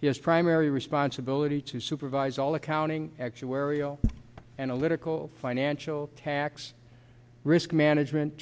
his primary responsibility to supervise all accounting actuarial analytical financial tax risk management